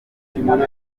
mugabo